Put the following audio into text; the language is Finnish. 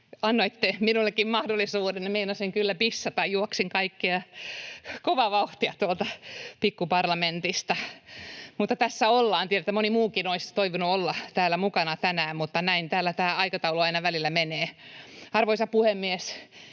annoitte minullekin mahdollisuuden. Meinasin kyllä missata. Juoksin kovaa vauhtia tuolta Pikkuparlamentista, mutta tässä ollaan. Tiedän, että moni muukin olisi toivonut voivansa olla täällä tänään mukana, mutta näin täällä tämä aikataulu aina välillä menee. Arvoisa puhemies!